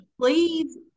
please